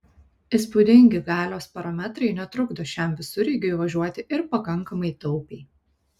įspūdingi galios parametrai netrukdo šiam visureigiui važiuoti ir pakankamai taupiai